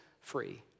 free